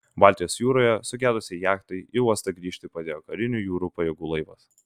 baltijos jūroje sugedusiai jachtai į uostą grįžti padėjo karinių jūrų pajėgų laivas